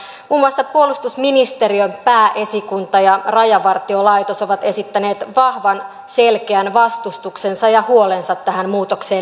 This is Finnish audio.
muun muassa puolustusministeriö pääesikunta ja rajavartiolaitos ovat esittäneet vahvan selkeän vastustuksensa ja huolensa tähän muutokseen liittyen